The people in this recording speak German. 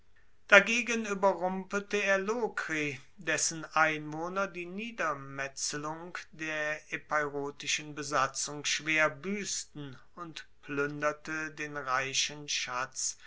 dagegen ueberrumpelte er lokri dessen einwohner die niedermetzelung der epeirotischen besatzung schwer buessten und pluenderte den reichen schatz